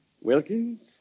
Wilkins